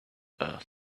earth